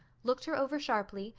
looked her over sharply,